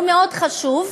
הוא מאוד חשוב,